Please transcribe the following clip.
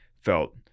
felt